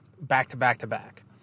back-to-back-to-back